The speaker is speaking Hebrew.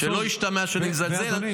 שלא ישתמע שאני מזלזל.